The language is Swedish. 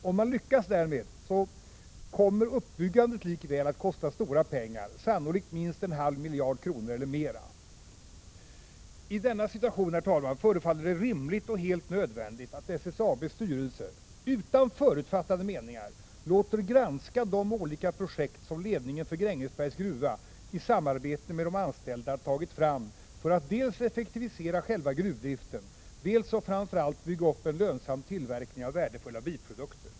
Om man lyckas därmed, kommer uppbyggandet likväl att kosta stora pengar — sannolikt minst en halv miljard kronor eller mera. I denna situation, herr talman, förefaller det rimligt och helt nödvändigt att SSAB:s styrelse — utan förutfattade meningar — låter granska de olika projekt som ledningen för Grängesbergs gruva i samarbete med de anställda tagit fram för att dels effektivisera själva gruvdriften, dels och framför allt bygga upp en lönsam tillverkning av värdefulla biprodukter.